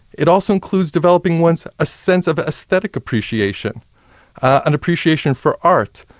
it also includes developing one's ah sense of aesthetic appreciation an appreciation for art,